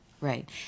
right